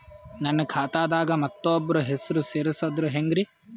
ನನ್ನ ಖಾತಾ ದಾಗ ಮತ್ತೋಬ್ರ ಹೆಸರು ಸೆರಸದು ಹೆಂಗ್ರಿ?